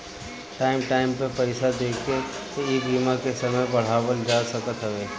time time पे पईसा देके इ बीमा के समय बढ़ावल जा सकत हवे